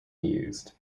used